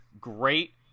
great